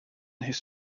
his